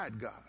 God